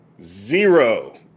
Zero